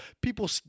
people